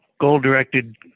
Goal-directed